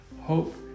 hope